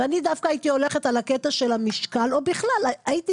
ואני דווקא הייתי הולכת על הקטע של המשקל או בכלל הייתי